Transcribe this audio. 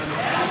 סעיפים 11 12,